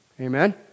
Amen